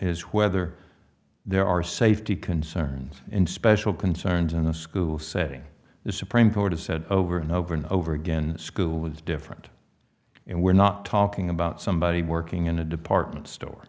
is whether there are safety concerns and special concerns in a school setting the supreme court has said over and over and over again school is different and we're not talking about somebody working in a department store